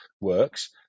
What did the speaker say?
works